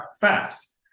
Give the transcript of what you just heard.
fast